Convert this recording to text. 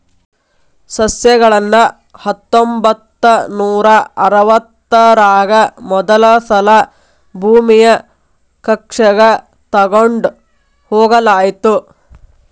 ಸಸ್ಯಗಳನ್ನ ಹತ್ತೊಂಬತ್ತನೂರಾ ಅರವತ್ತರಾಗ ಮೊದಲಸಲಾ ಭೂಮಿಯ ಕಕ್ಷೆಗ ತೊಗೊಂಡ್ ಹೋಗಲಾಯಿತು